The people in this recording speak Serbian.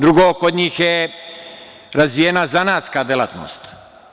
Drugo, kod njih je razvijena zanatska delatnost.